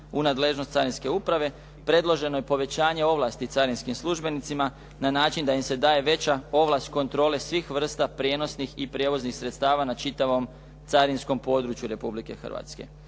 nadležnost carinske uprave, predloženo je povećanje ovlasti carinskim službenicima na način da im se daje veća ovlast kontrole svih vrsta prijenosnih i prijevoznih sredstava na čitavom carinskom području Republike Hrvatske.